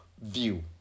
view